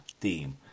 theme